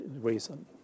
reason